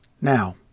Now